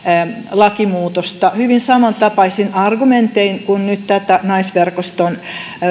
lakimuutosta hyvin samantapaisin argumentein kuin nyt tätä naisverkoston